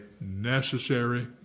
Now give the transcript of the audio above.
necessary